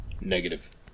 Negative